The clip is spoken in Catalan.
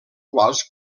quals